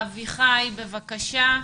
בבקשה.